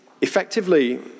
effectively